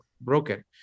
broken